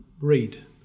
Read